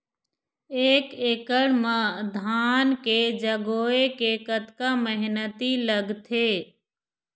एक एकड़ म धान के जगोए के कतका मेहनती लगथे?